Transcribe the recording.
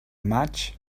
maig